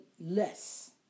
less